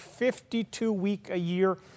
52-week-a-year